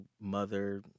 mother